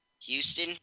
Houston